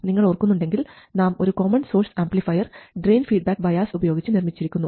നിങ്ങൾ ഓർക്കുന്നുണ്ടെങ്കിൽ നാം ഒരു common source amplifier drain feedback bias ഉപയോഗിച്ച് നിർമ്മിച്ചിരുന്നു